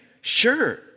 sure